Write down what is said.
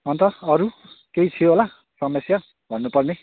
अन्त अरू केही थियो होला समस्या भन्नुपर्ने